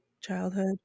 childhood